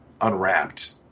unwrapped